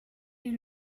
est